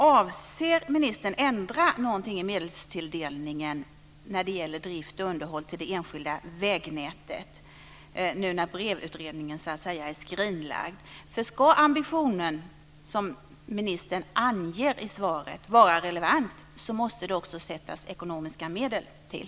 Avser ministern ändra något i medelstilldelningen när det gäller drift och underhåll till det enskilda vägnätet, nu när BREV-utredningen är skrinlagd? Om den ambition som ministern anger i svaret ska vara relevant måste det också sättas till ekonomiska medel.